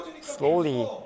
slowly